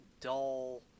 dull